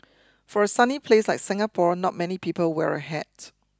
for a sunny place like Singapore not many people wear a hat